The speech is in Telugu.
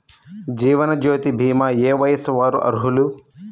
జీవనజ్యోతి భీమా ఏ వయస్సు వారు అర్హులు?